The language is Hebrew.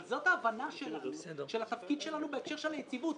אבל זאת ההבנה שלנו של התפקיד שלנו בהקשר של היציבות.